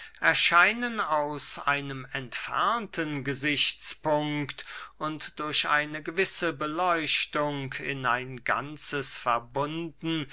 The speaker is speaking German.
erscheinen aus einem entfernten gesichtspunkt und durch eine gewisse beleuchtung in ein ganzes verbunden